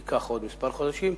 ייקח עוד כמה חודשים.